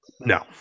no